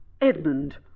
Edmund